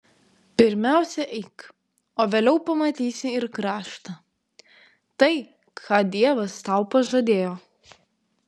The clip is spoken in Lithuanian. pirmiausia eik o vėliau pamatysi ir kraštą tai ką dievas tau pažadėjo